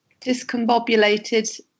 discombobulated